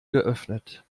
geöffnet